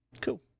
Cool